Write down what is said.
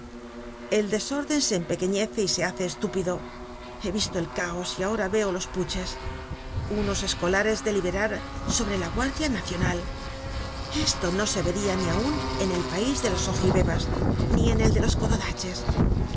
el desórden se empequeñece y se hace estúpido he visto el caos y ahora veo los puches unos escolares deliberar sobre la guardia nacional esto no se veria ni aun en el pais de los ogibbewas ni en el de los